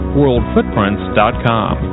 worldfootprints.com